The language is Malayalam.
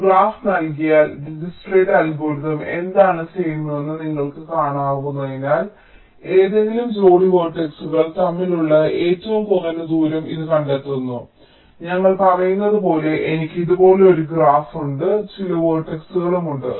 ഒരു ഗ്രാഫ് നൽകിയാൽ ഡിജ്ക്സ്ട്രയുടെ അൽഗോരിതം എന്താണ് ചെയ്യുന്നതെന്ന് നിങ്ങൾ കാണുന്നതിനാൽ ഏതെങ്കിലും ജോഡി വേർട്ടക്സുകൾ തമ്മിലുള്ള ഏറ്റവും കുറഞ്ഞ ദൂരം ഇത് കണ്ടെത്തുന്നു ഞങ്ങൾ പറയുന്നതുപോലെ എനിക്ക് ഇതുപോലൊരു ഗ്രാഫ് ഉണ്ട് ചില വേർട്ടക്സുകൾ ഉണ്ട്